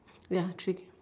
ya three